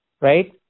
right